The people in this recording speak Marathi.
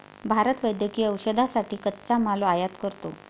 भारत वैद्यकीय औषधांसाठी कच्चा माल आयात करतो